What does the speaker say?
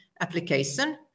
application